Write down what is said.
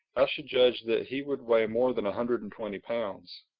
i should judge that he would weigh more than a hundred and twenty pounds.